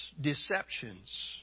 deceptions